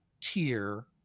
tier